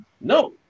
No